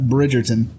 Bridgerton